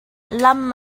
lam